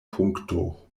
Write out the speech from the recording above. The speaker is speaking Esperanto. punkto